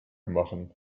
machen